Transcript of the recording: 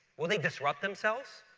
will they disrupt themselves?